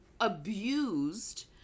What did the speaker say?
abused